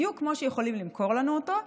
בדיוק כמו שהם יכולים למכור לנו אותו,